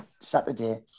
Saturday